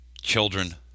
children